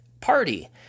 party